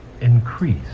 Increase